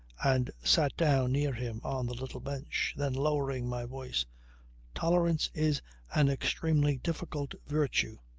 and sat down near him on the little bench. then lowering my voice tolerance is an extremely difficult virtue,